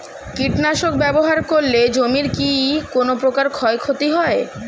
কীটনাশক ব্যাবহার করলে জমির কী কোন প্রকার ক্ষয় ক্ষতি হয়?